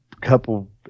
couple